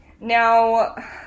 Now